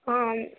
ஆ ஆ